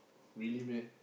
really man